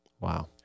Wow